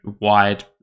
wide